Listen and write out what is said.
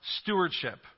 stewardship